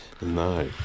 No